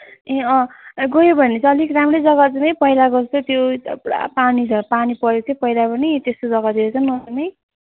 ए अँ गयो भने चाहिँ अलिक राम्रै जग्गा जाउँ है पहिलाको जस्तो त्यो पुरा पानी छ पानी परेको थियो पहिला पनि त्यस्तो जग्गातिर चाहिँ नजाउँ है